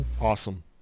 Awesome